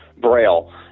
Braille